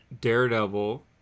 Daredevil